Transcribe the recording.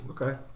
okay